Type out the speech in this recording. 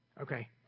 Okay